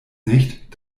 nicht